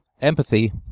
empathy